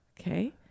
okay